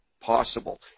possible